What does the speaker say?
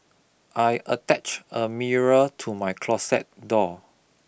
I attach a mirror to my closet door